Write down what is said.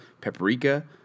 paprika